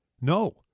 No